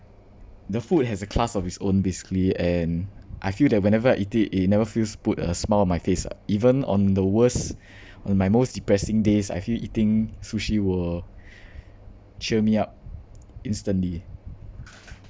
the food has a class of its own basically and I feel that whenever I eat it it never fails to put a smile on my face ah even on the worst in my most depressing days I feel eating sushi will cheer me up instantly